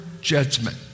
judgment